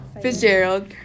Fitzgerald